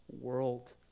world